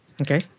Okay